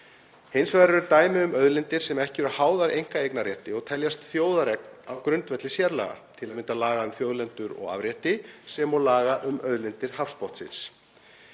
Hins vegar eru dæmi um auðlindir sem ekki eru háðar einkaeignarrétti og teljast þjóðareign á grundvelli sérlaga, til að mynda laga um þjóðlendur og afrétti, sem og laga um auðlindir hafsbotnsins.